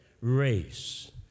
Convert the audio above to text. race